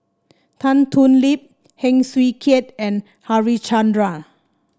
Tan Thoon Lip Heng Swee Keat and Harichandra